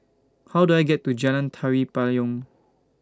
How Do I get to Jalan Tari Payong